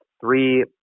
three